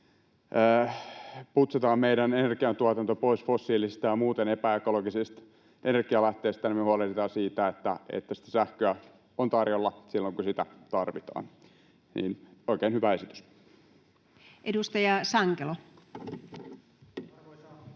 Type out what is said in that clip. putsataan meidän energiantuotanto pois fossiilisista ja muuten epäekologista energialähteistä, me huolehditaan siitä, että sitä sähköä on tarjolla silloin, kun sitä tarvitaan. Oikein hyvä esitys. [Speech